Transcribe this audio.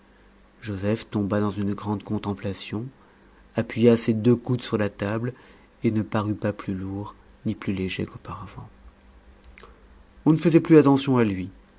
joseph tomba dans une grande contemplation appuya ses deux coudes sur la table et ne parut pas plus lourd ni plus léger qu'auparavant on ne faisait plus attention à lui